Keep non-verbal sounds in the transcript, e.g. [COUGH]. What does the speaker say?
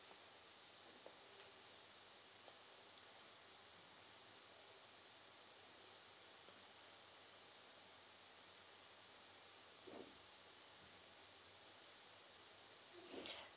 [BREATH]